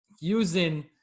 using